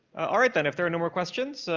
all right then. if there are no more questions, so